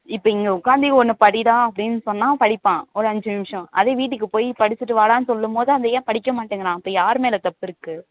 இப்போ இங்கே உட்காந்தி ஒன்று படிடா அப்படின்னு சொன்னால் அவன் படிப்பான் ஒரு அஞ்சு நிமிஷம் அதே வீட்டுக்கு போய் படிச்சுட்டு வாடான்னு சொல்லும்போது அதை ஏன் படிக்கமாட்டேங்கிறான் அப்போ யார் மேலே தப்பு இருக்குது